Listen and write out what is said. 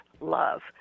love